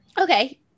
Okay